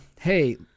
Hey